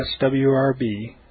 SWRB